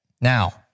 Now